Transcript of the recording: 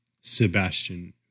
Sebastian